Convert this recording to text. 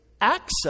access